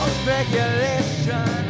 speculation